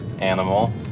animal